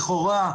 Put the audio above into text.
לכאורה,